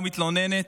לא מתלוננת,